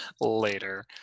Later